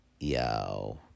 yo